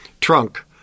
trunk